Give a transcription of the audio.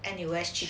N_U_S